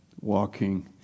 walking